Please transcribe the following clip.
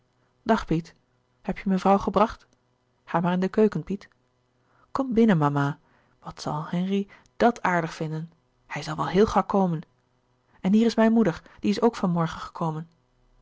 dag piet heb je mevrouw gebracht ga maar in de keuken piet kom binnen mama wat zal henri dàt aardig vinden hij zal wel heel gauw komen en hier is mijn moeder die is ook van morgen gekomen